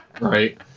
Right